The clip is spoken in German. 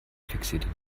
fixierte